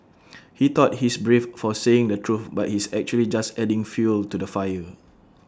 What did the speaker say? he thought he's brave for saying the truth but he's actually just adding fuel to the fire